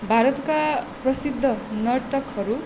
भारतका प्रसिद्ध नर्तकहरू